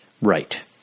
Right